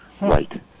Right